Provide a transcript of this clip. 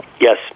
Yes